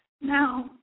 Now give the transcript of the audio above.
Now